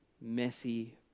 Messy